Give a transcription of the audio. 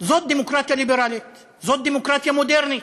זאת דמוקרטיה ליברלית, זאת דמוקרטיה מודרנית.